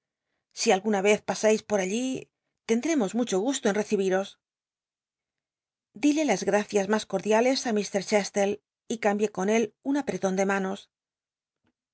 si alguna vez pasais lo j do lcndrcmos mucho gusto en recibiros dile las gracias mas cordiales i h chesllc y cambié con él un aprelon de manos